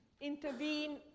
intervene